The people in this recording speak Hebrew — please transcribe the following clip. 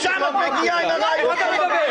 משם את מגיעה עם הרעיונות שלך.